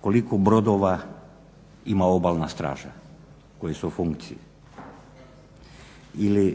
Koliko brodova ima Obalna straža koji su u funkciji? Ili